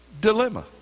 dilemma